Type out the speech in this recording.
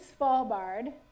Svalbard